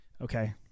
Okay